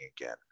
again